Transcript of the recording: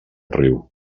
riu